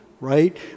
right